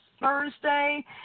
Thursday